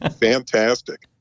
Fantastic